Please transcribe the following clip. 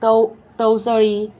तव तवसळी